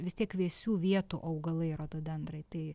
vis tiek vėsių vietų augalai rododendrai tai